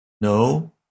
No